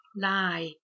lie